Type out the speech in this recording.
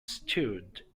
stirred